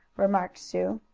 remarked sue.